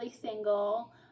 single